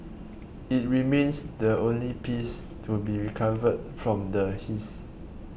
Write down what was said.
it remains the only piece to be recovered from the heist